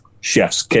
chef's